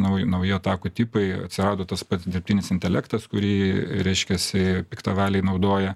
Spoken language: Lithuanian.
nauj nauji atakų tipai atsirado tas pats dirbtinis intelektas kurį reiškiasi piktavaliai naudoja